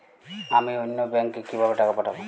আমি অন্য ব্যাংকে কিভাবে টাকা পাঠাব?